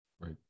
Right